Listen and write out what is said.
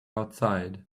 outside